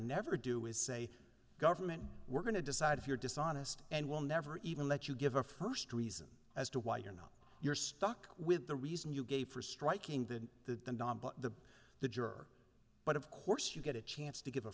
never do is say government we're going to decide if you're dishonest and we'll never even let you give our first reason as to why you're not you're stuck with the reason you gave for striking the the the the juror but of course you get a chance to give